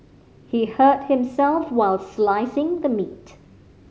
he hurt himself while slicing the meat